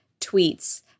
tweets